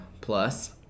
plus